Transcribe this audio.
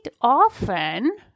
often